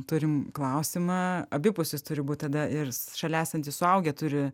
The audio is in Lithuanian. turim klausimą abi pusės turi būt tada ir šalia esantys suaugę turi